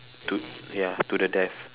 to ya to the death